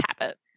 habit